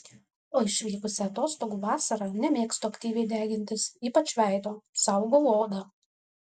o išvykusi atostogų vasarą nemėgstu aktyviai degintis ypač veido saugau odą